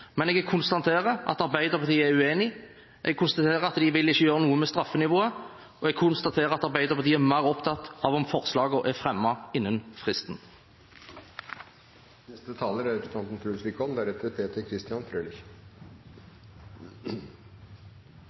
men jeg konstaterer at Arbeiderpartiet er uenig. Jeg konstaterer at de ikke vil gjøre noe med straffenivået, og jeg konstaterer at Arbeiderpartiet er mer opptatt av om forslagene er fremmet innen fristen.